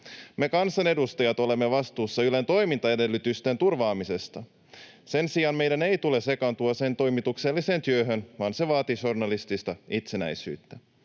Me kansanedustajat olemme vastuussa Ylen toimintaedellytysten turvaamisesta. Sen sijaan meidän ei tule sekaantua sen toimitukselliseen työhön, vaan se vaatii journalistista itsenäisyyttä.